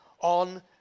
on